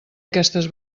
aquestes